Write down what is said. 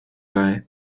gai